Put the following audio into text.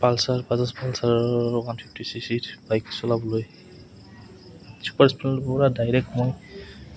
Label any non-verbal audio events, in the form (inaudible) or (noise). Pulsar Bajaj Pulsar one fifty C C ৰ bike চলাবলৈ super (unintelligible) পৰা ডাইৰেক্ট মই